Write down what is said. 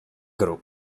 gru